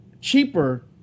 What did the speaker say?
cheaper